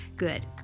good